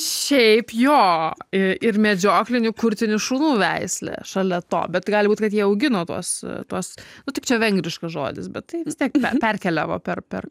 šiaip jo ir medžioklinių kurtinių šunų veislė šalia to bet gali būt kad jie augino tuos tuos nu tik čia vengriškas žodis bet tai vistiek per perkeliavo per per